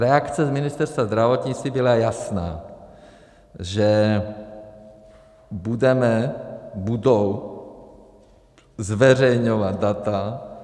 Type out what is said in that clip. Reakce z Ministerstva zdravotnictví byla jasná, že budeme, budou zveřejňovat data.